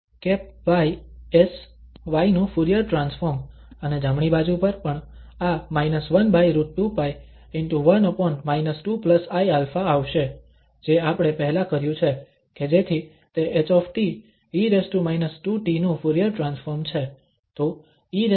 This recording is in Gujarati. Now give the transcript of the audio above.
y s y નું ફુરીયર ટ્રાન્સફોર્મ અને જમણી બાજુ પર પણ આ 1√2π ✕ 1 2iα આવશે જે આપણે પહેલાં કર્યું છે કે જેથી તે H e 2t નું ફુરીયર ટ્રાન્સફોર્મ છે